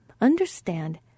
Understand